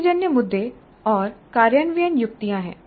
स्थितिजन्य मुद्दे और कार्यान्वयन युक्तियाँ हैं